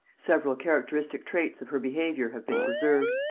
several characteristic traits of her behaviour have been preserved.